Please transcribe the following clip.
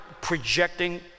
projecting